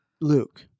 luke